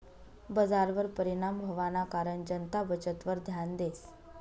बजारवर परिणाम व्हवाना कारण जनता बचतवर ध्यान देस